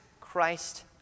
Christ